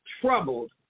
troubled